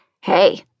Hey